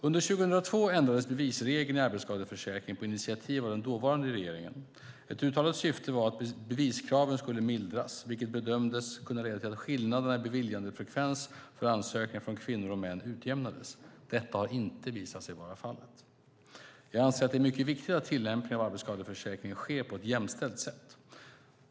Under 2002 ändrades bevisregeln i arbetsskadeförsäkringen på initiativ av den dåvarande regeringen. Ett uttalat syfte var att beviskraven skulle mildras, vilket bedömdes kunna leda till att skillnaderna i beviljandefrekvens för ansökningar från kvinnor och män utjämnades. Detta har inte visat sig bli fallet. Jag anser att det är mycket viktigt att tillämpningen av arbetsskadeförsäkringen sker på ett jämställt sätt.